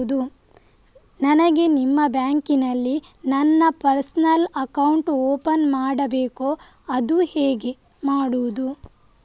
ನನಗೆ ನಿಮ್ಮ ಬ್ಯಾಂಕಿನಲ್ಲಿ ನನ್ನ ಪರ್ಸನಲ್ ಅಕೌಂಟ್ ಓಪನ್ ಮಾಡಬೇಕು ಅದು ಹೇಗೆ ಮಾಡುವುದು?